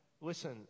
listen